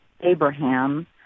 Abraham